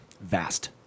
Vast